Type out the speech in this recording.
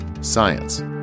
science